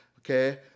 Okay